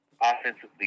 offensively